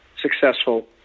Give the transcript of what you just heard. successful